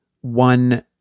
One